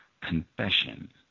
confession